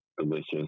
delicious